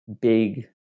big